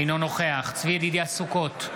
אינו נוכח צבי ידידיה סוכות,